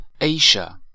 Asia